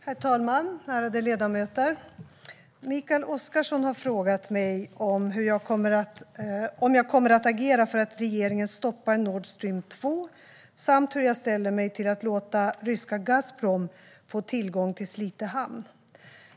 Herr talman! Ärade ledamöter! Mikael Oscarsson har frågat mig om jag kommer att agera för att regeringen ska stoppa Nord Stream 2 samt hur jag ställer mig till att låta ryska Gazprom få tillgång till Slite hamn.